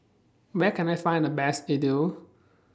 Where Can I Find The Best Idili